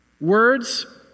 Words